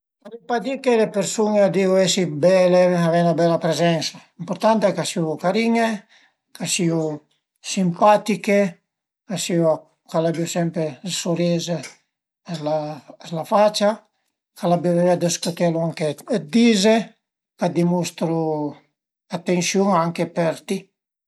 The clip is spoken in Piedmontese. A völ pa di che tüte le persun-e a devu esi bele, avei 'na bela prezensa, l'ëmpurtant al e ch'a siu carin-e, ch'a siu simpatiche, ch'al siu, ch'al abiu sempre ël suris s'la s'la facia, ch'al abiu vöia dë scuté lon che dize, ch'a dimustru atensiun anche për ti